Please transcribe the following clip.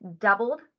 doubled